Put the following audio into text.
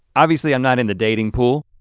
obviously i'm not in the dating pool.